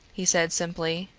he said simply.